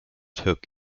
hook